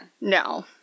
No